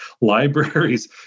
libraries